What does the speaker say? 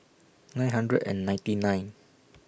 nine hundred and ninety nine